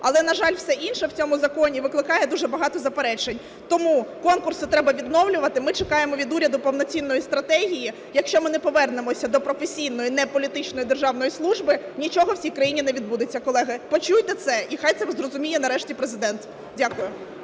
Але, на жаль, все інше в цьому законі викликає дуже багато заперечень. Тому конкурси треба відновлювати. Ми чекаємо від уряду повноцінної стратегії. Якщо ми не повернемося до професійної неполітичної державної служби, нічого в цій країні не відбудеться. Колеги, почуйте це, і хай це зрозуміє нарешті Президент. Дякую.